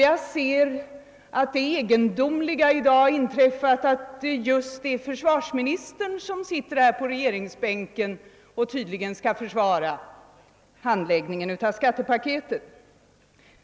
Jag ser att det egendomliga i dag inträffat att det är just försvarsministern som sitter på regeringsbänken och tydligen skall försvara handläggningen av skattepaketet.